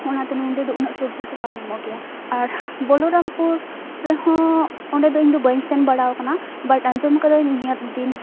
ᱚᱱᱟᱛᱮ ᱱᱚᱰᱮ ᱫᱚ ᱩᱱᱟᱹᱜ ᱥᱚᱵᱡᱤ ᱠᱚ ᱵᱟᱭ ᱧᱟᱢᱚᱜ ᱜᱮᱭᱟ ᱟᱨ ᱵᱚᱞᱚᱨᱟᱢᱯᱩᱨ ᱨᱮᱦᱚᱸ ᱚᱸᱰᱮ ᱫᱚ ᱤᱧ ᱫᱚ ᱵᱟᱹᱧ ᱥᱮᱱ ᱵᱟᱲᱟᱣ ᱟᱠᱟᱱᱟ ᱵᱟᱴ ᱟᱸᱡᱚᱢ ᱠᱟᱹᱫᱟᱹᱧ ᱱᱤᱭᱟᱹᱫᱤᱱ